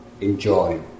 enjoy